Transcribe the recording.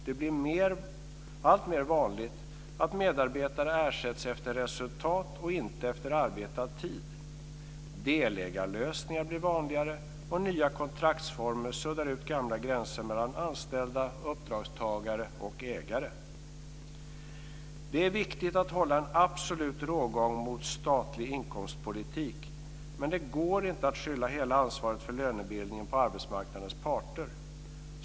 Det blir alltmer vanligt att medarbetare ersätts efter resultat och inte efter arbetad tid. Delägarlösningar blir vanligare och nya kontraktsformer suddar ut gamla gränser mellan anställda, uppdragstagare och ägare. Det är viktigt att hålla en absolut rågång mot statlig inkomstpolitik. Men det går inte att skylla hela ansvaret för lönebildningen på arbetsmarknadens parter.